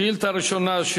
שאילתא ראשונה,